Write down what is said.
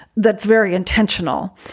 that's very intentional.